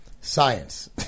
Science